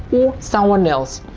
or someone else.